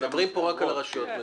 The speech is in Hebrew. מדברים פה רק על הרשויות המקומיות.